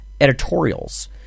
editorials